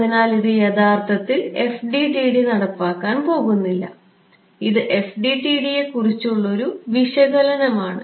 അതിനാൽ ഇത് യഥാർത്ഥത്തിൽ FDTD നടപ്പിലാക്കാൻ പോകുന്നില്ല ഇത് FDTD യെക്കുറിച്ചുള്ള ഒരു വിശകലനമാണ്